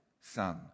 son